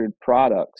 products